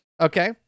okay